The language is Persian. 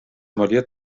مالیات